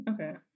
Okay